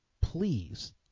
please